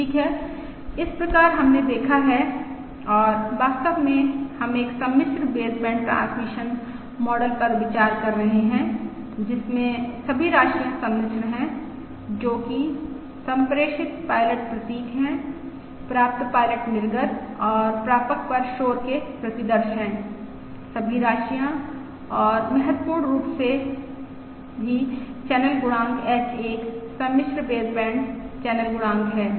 ठीक है इस प्रकार हमने देखा है और वास्तव में हम एक सम्मिश्र बेसबैंड ट्रांसमिशन मॉडल पर विचार कर रहे हैं जिसमें सभी राशियाँ सम्मिश्र हैं जो कि सम्प्रेषित पायलट प्रतीक हैं प्राप्त पायलट निर्गत और प्रापक पर शोर के प्रतिदर्श हैं सभी राशियाँ और महत्वपूर्ण रूप से भी चैनल गुणांक H एक सम्मिश्र बेसबैंड चैनल गुणांक है